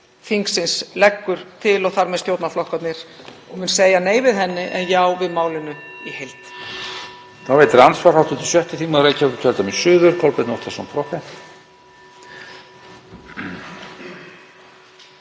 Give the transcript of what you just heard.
þingsins leggur til og þar með stjórnarflokkarnir. Ég mun segja nei við henni en já við málinu í heild.